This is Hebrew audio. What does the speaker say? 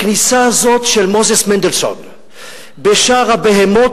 הכניסה הזאת של מוזס מנדלסון בשער הבהמות,